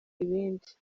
ibindi